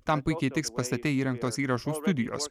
tam puikiai tiks pastate įrengtos įrašų studijos